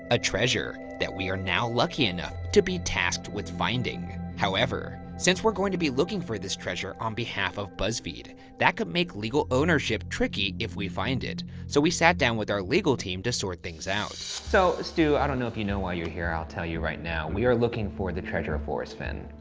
a treasure that we are now lucky enough to be tasked with finding. however, since we're going to be looking for this treasure on behalf of buzzfeed, that could make legal ownership tricky if we find it. so we sat down with our legal team to sort things out. so, stu, i don't know if you know why you're here. i'll tell you right now. we are looking for the treasure of forrest fenn.